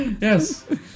yes